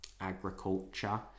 agriculture